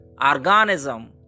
organism